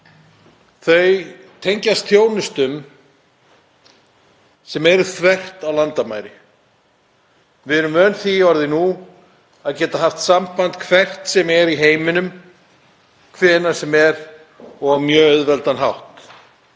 þau tengjast þjónustu sem er þvert á landamæri. Við erum vön því nú orðið að geta haft samband hvert sem er í heiminum, hvenær sem er og á mjög auðveldan hátt.